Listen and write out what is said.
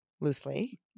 loosely